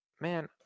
Man